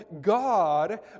God